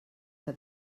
que